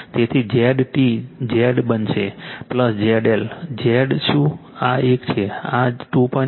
તેથી Z T z બનશે ZL Z શું આ એક છે આ 2